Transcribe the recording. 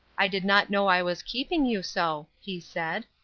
i did not know i was keeping you so, he said.